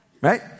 right